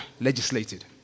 legislated